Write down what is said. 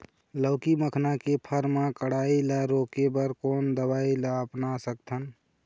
लाउकी मखना के फर मा कढ़ाई ला रोके बर कोन दवई ला अपना सकथन?